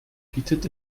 bietet